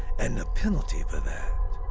and the penalty for that